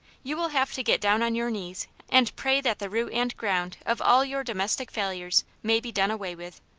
you will have to get down on your knees and pray that the root and ground of all your domestic failures may be done away with,